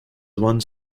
one